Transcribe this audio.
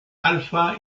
alfa